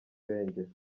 irengero